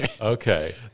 Okay